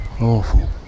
awful